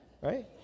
right